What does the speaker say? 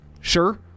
Sure